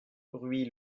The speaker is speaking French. rue